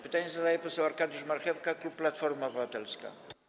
Pytanie zada poseł Arkadiusz Marchewka, klub Platforma Obywatelska.